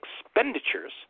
expenditures